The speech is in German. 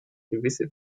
gewisse